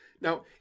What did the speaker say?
now